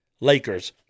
Lakers